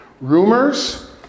Rumors